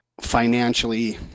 financially